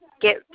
get